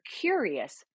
curious